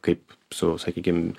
kaip su sakykim